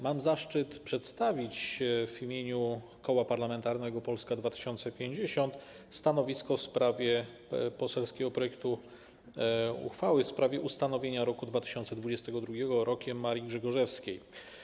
Mam zaszczyt przedstawić w imieniu Koła Parlamentarnego Polska 2050 stanowisko wobec poselskiego projektu uchwały w sprawie ustanowienia roku 2022 Rokiem Marii Grzegorzewskiej.